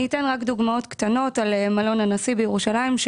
אני אתן רק דוגמאות קטנות: מלון הנשיא בירושלים,